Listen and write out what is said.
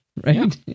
right